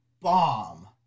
bomb